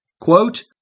quote